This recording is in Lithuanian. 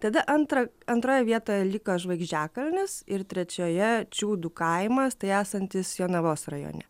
tada antra antroje vietoje liko žvaigždžiakalnis ir trečioje čiūdų kaimas tai esantis jonavos rajone